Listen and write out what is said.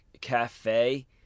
Cafe